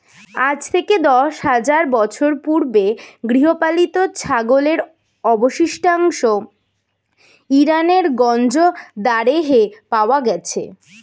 আজ থেকে দশ হাজার বছর পূর্বে গৃহপালিত ছাগলের অবশিষ্টাংশ ইরানের গঞ্জ দারেহে পাওয়া গেছে